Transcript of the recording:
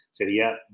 sería